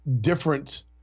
different